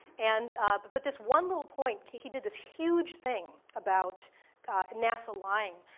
and but but this one little point he he did this huge thing about nasa lying.